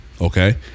okay